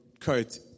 coat